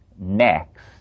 next